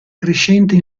crescente